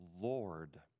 Lord